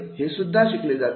हे सुद्धा शिकले जाते